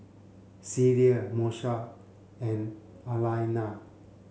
Cecil Moesha and Alaina